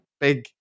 big